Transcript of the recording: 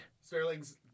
Sterling's